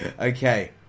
okay